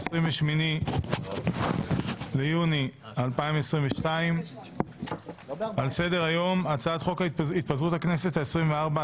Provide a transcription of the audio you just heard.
ה-28 ביוני 2022. על סדר היום הצעת חוק התפזרות הכנסת העשרים וארבע,